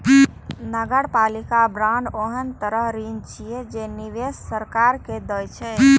नगरपालिका बांड ओहन तरहक ऋण छियै, जे निवेशक सरकार के दै छै